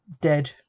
dead